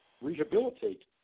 Rehabilitate